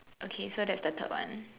okay so that's the third one